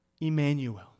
Emmanuel